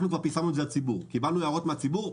אנחנו כבר פרסמנו את זה לציבור וקיבלנו הערות מן הציבור.